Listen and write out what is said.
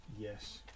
Yes